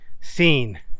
seen